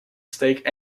steek